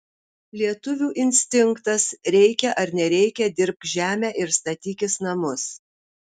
lietuvių instinktas reikia ar nereikia dirbk žemę ir statykis namus